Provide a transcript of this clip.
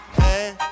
hey